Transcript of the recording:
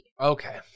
Okay